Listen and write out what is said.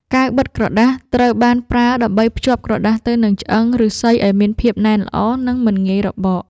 កាវបិទក្រដាស ត្រូវបានប្រើដើម្បីភ្ជាប់ក្រដាសទៅនឹងឆ្អឹងឫស្សីឱ្យមានភាពណែនល្អ និងមិនងាយរបក។